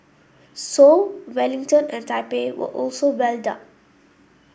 Seoul Wellington and Taipei were also well up